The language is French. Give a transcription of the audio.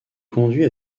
conduit